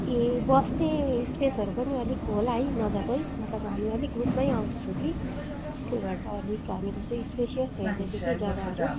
ए बस्ने स्पेसहरू पनि अलिक होला है मजाको मतलब हामी अलिक ग्रुपमा आउँदैछौँ कि त्यो भएर अलिक हामीले चाहिँ स्पेसिस हेर्ने कि जगाहरू